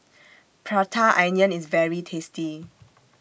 Prata Onion IS very tasty